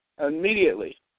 immediately